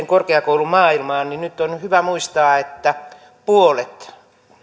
korkeakoulumaailmaan niin nyt on hyvä muistaa että puolet